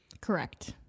Correct